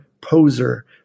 Poser